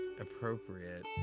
appropriate